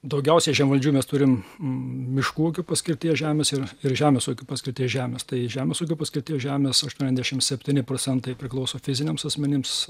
daugiausiai žemvaldžių mes turim miškų ūkio paskirties žemės ir ir žemės ūkio paskirties žemės tai žemės ūkio paskirties žemės aštuoniasdešimt septyni procentai priklauso fiziniams asmenims